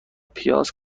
پیاز